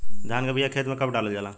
धान के बिया खेत में कब डालल जाला?